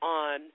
on